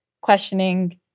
questioning